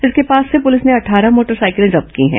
इसके पास से पुलिस ने अट्ठारह मोटरसाइकिलें जब्त की हैं